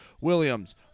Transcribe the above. Williams